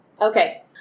Okay